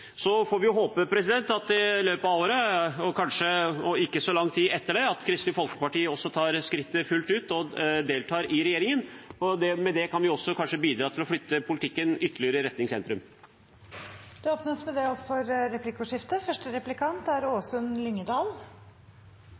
Så får vi håpe at Kristelig Folkeparti i løpet av året eller ikke så lang tid etter det også tar skrittet fullt ut og deltar i regjeringen. Med det kan vi kanskje bidra til å flytte politikken ytterligere i retning sentrum. Det blir replikkordskifte. Venstre har vært opptatt av utflytting av statlige arbeidsplasser – de har snakket mye om det i hvert fall. Arbeiderpartiet er